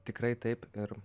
tikrai taip ir